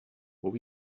were